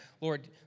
Lord